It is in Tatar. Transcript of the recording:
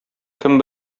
кем